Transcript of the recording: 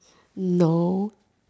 no